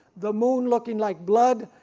the moon looking like blood,